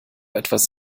etwas